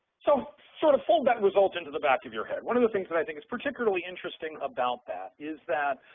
so sort of fold that result into the back of your head. one of the things that i think is particularly interesting about that is that,